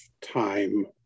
time